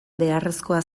beharrezkoa